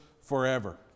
forever